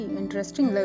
interesting